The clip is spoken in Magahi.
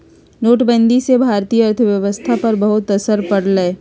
नोटबंदी से भारतीय अर्थव्यवस्था पर बहुत असर पड़ लय